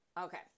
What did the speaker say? Okay